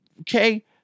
Okay